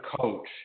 coach